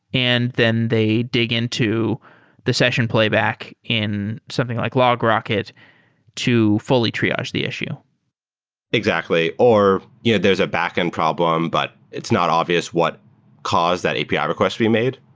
and then they dig into the session playback in something like logrocket to fully triage the issue exactly, or yeah there's a backend problem, but it's not obvious what caused that api ah request to be made.